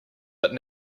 but